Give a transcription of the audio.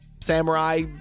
Samurai